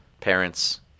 parents